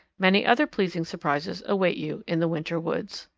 many other pleasing surprises await you in the winter woods.